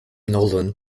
nolan